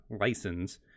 license